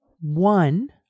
One